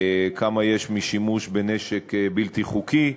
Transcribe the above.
כמה יש משימוש בנשק בלתי חוקי,